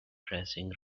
dressing